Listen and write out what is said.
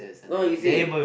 no you see